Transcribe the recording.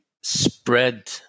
spread